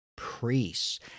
Priests